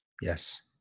Yes